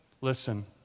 listen